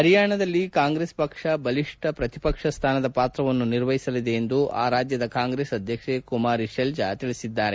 ಹರಿಯಾಣದಲ್ಲಿ ಕಾಂಗ್ರೆಸ್ ಪಕ್ಷ ಬಲಿಷ್ತ ಪ್ರತಿಪಕ್ಷ ಸ್ಡಾನದ ಪಾತ್ರವನ್ನು ನಿರ್ವಹಿಸಲಿದೆ ಎಂದು ಆ ರಾಜ್ಯದ ಕಾಂಗ್ರೆಸ್ ಅಧ್ಯಕ್ಷೆ ಕುಮಾರಿ ಶೆಲ್ಲಾ ಹೇಳಿದ್ದಾರೆ